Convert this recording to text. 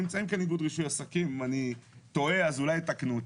נמצא כאן איגוד רישוי עסקים ואם אני טועה הם יתקנו אותי.